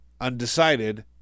undecided